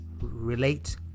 relate